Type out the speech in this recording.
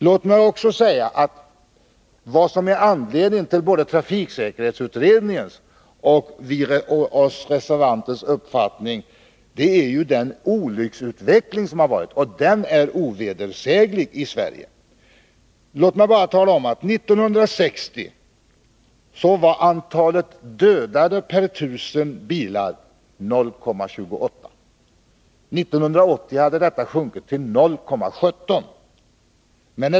Låt mig också säga att vad som är anledningen till både trafiksäkerhetsutredningens och reservanternas uppfattning är den olycksutveckling som har varit — och den är ovedersäglig i Sverige. Jag kan tala om att antalet dödade per 1000 bilar 1960 var 0,28. 1980 hade antalet sjunkit till 0,17.